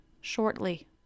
shortly